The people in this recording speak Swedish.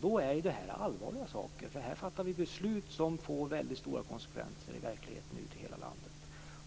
Då är det här allvarliga saker. Här fattar vi beslut som får väldigt stora konsekvenser i verkligheten ute i hela landet.